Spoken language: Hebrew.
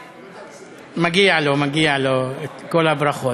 מגיע לו, מגיעות לו כל הברכות.